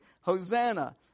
Hosanna